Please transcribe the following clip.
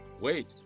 Wait